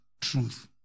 truth